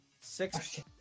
Six